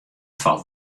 falt